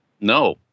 No